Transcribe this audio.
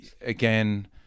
again